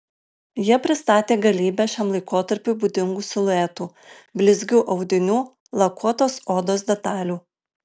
jie pristatė galybę šiam laikotarpiui būdingų siluetų blizgių audinių lakuotos odos detalių